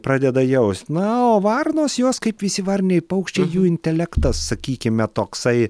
pradeda jaust na o varnos jos kaip visi varniniai paukščiai jų intelektas sakykime toksai